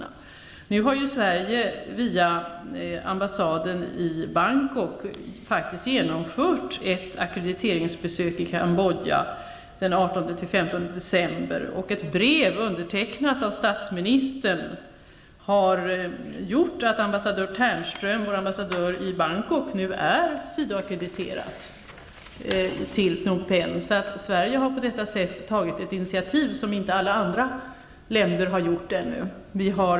Sverige genomförde i december via ambassaden i Bangkok ett ackrediteringsbesök i Cambodja, och ett brev undertecknat av statsministern har gjort att ambassadör Ternström i Bangkok nu är sidoackrediterad till Phnom Pehn. Sverige har på detta sätt tagit ett initiativ som inte alla länder har gjort.